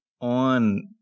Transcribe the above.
on